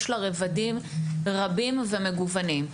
יש לה רבדים רבים ומגוונים,